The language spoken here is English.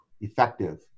effective